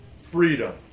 freedom